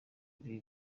kuri